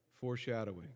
foreshadowing